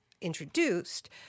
introduced